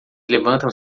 levantam